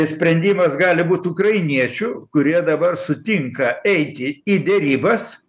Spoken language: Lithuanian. sprendimas gali būt ukrainiečių kurie dabar sutinka eiti į derybas